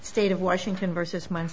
state of washington versus my